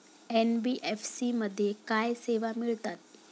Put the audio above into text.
NBFC मध्ये काय सेवा मिळतात?